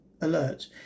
Alert